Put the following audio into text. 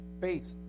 based